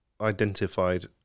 identified